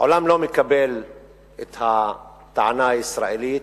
העולם לא מקבל את הטענה הישראלית,